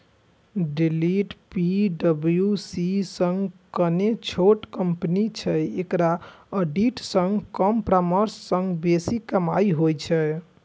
Deloitte PWC सं कने छोट कंपनी छै, एकरा ऑडिट सं कम परामर्श सं बेसी कमाइ होइ छै